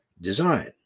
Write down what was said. design